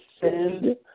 send